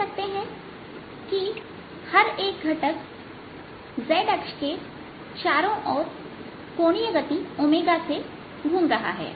देख सकते हैं कि हर एक घटक z अक्ष के चारों ओर कोणीय गति से घूम रहा है